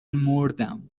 مردم